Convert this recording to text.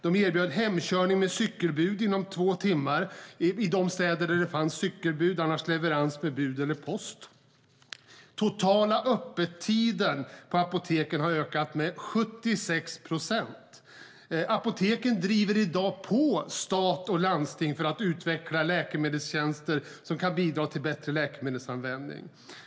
De erbjuder hemkörning med cykelbud inom två timmar i de städer där cykelbud finns, annars sker leverans med bud eller post. Den totala öppettiden på apoteken har ökat med 76 procent. Apoteken driver i dag på stat och landsting för att utveckla läkemedelstjänster som kan bidra till bättre läkemedelsanvändning.